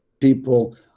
people